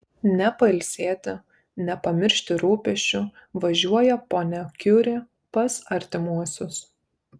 ne pailsėti ne pamiršti rūpesčių važiuoja ponia kiuri pas artimuosius